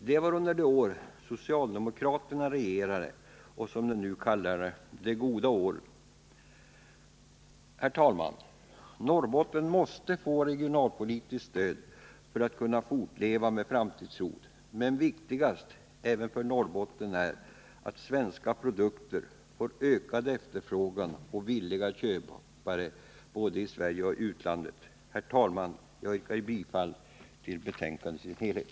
Detta var under de år socialdemokraterna regerade och som de nu kallar de goda åren. Norrbotten måste få regionalpolitiskt stöd för att kunna fortleva med framtidstro. Men viktigast även för Norrbotten är att svenska produkter får ökad efterfrågan och villiga köpare både i Sverige och i utlandet. Herr talman! Jag yrkar bifall till utskottets hemställan i sin helhet.